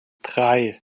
drei